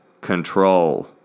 control